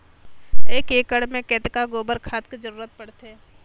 एक एकड़ मे कतका गोबर खाद के जरूरत पड़थे?